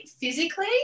physically